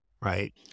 right